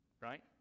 Right